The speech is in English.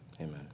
amen